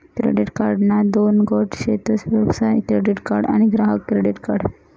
credit कार्डना दोन गट शेतस व्यवसाय क्रेडीट कार्ड आणि ग्राहक क्रेडीट कार्ड